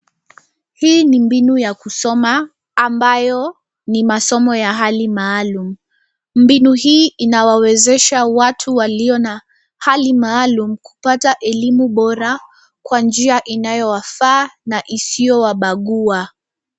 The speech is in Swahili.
Hii ni mbinu ya kusoma ambayo ni masomo ya hali maalum. Mbinu hii inawawezesha watu walio na hali maalum kupata elimu bora kwa njia inayowafaa na isiyowabagua.